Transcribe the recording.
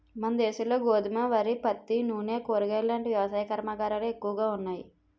మనదేశంలో గోధుమ, వరి, పత్తి, నూనెలు, కూరగాయలాంటి వ్యవసాయ కర్మాగారాలే ఎక్కువగా ఉన్నాయి